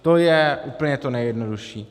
To je úplně to nejjednodušší.